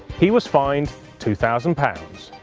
he was fined two thousand pounds.